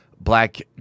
black